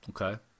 Okay